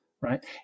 right